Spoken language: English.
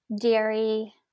dairy